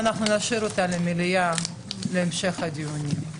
ואנחנו נשאיר אותה למליאה להמשך הדיונים.